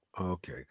Okay